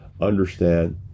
understand